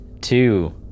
Two